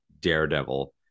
Daredevil